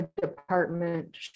department